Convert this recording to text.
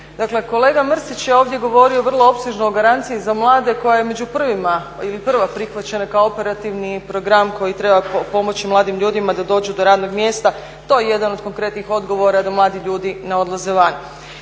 kolega Mrsić je ovdje govorio vrlo opsežno o garanciji za mlade koja je među prvima ili prva prihvaćena kao operativni program koji treba pomoći mladim ljudima da dođu do radnog mjesta. To je jedan od konkretnih odgovora da mladi ljudi ne odlaze vani.